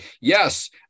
yes